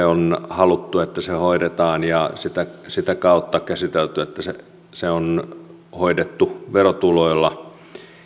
on haluttu että tämä yleispalveluvelvoite hoidetaan sitä sitä kautta on käsitelty sitä että se se on hoidettu verotuloilla